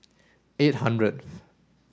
eight hundred